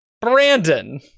Brandon